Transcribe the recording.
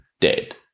dead